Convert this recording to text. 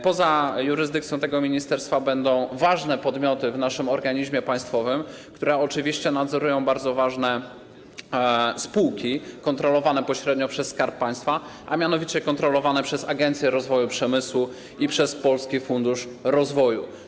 Poza jurysdykcją tego ministerstwa będą ważne podmioty w naszym organizmie państwowym, które oczywiście nadzorują bardzo ważne spółki, kontrolowane pośrednio przez Skarb Państwa, a mianowicie przez Agencję Rozwoju Przemysłu i przez Polski Fundusz Rozwoju.